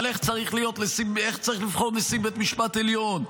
על איך צריך לבחור נשיא בית משפט עליון,